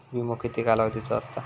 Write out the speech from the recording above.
विमो किती कालावधीचो असता?